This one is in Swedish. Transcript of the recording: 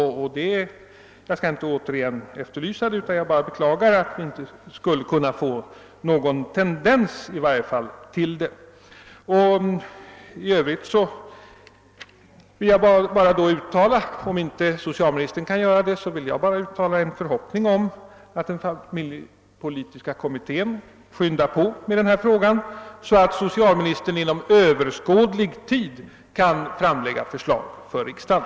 Jag skall inte återigen efterlysa en viljeyttring, utan jag vill bara beklaga att vi inte kunnat få se åtminstone en tendens till en sådan. Därför vill jag, om nu inte socialministern kan göra det, uttala en förhoppning om att familjepolitiska kommittén skyndar på med denna fråga, så att socialministern inom överskådlig tid kan framlägga förslag för riksdagen.